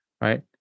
Right